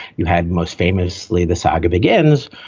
you had most famously the saga begins,